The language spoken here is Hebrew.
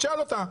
תשאל אותה.